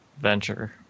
venture